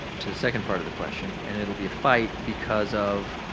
to the second part of the question and it'll be a fight because of